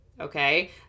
Okay